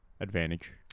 advantage